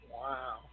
Wow